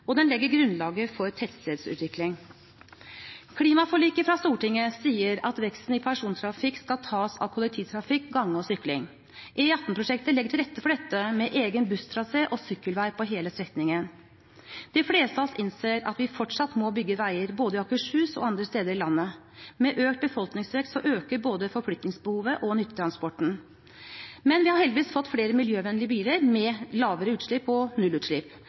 og den legger grunnlaget for tettstedsutvikling. Klimaforliket i Stortinget sier at veksten i persontrafikk skal tas av kollektivtrafikk, gange og sykling. E18-prosjektet legger til rette for dette, med egen busstrasé og sykkelvei på hele strekningen. De fleste av oss innser at vi fortsatt må bygge veier i både Akershus og andre steder i landet. Med økt befolkningsvekst øker både forflytningsbehovet og nyttetransporten. Men vi har heldigvis fått flere miljøvennlige biler med lavere utslipp og nullutslipp.